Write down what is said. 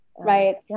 right